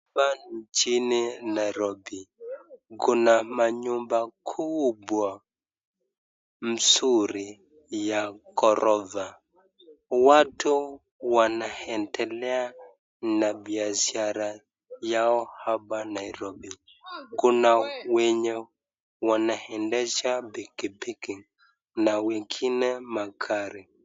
Apa nchini nairobi, kuna manyumba kuubwa mzuri ya ghorofa, watu wanaendelea na biashara yao apa nairobi, kuna wenye wanaendesha pikipiki na wengine magari.